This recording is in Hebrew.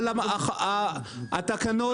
אבל התקנות,